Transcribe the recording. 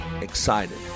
excited